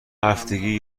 هفتگی